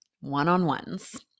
one-on-ones